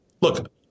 Look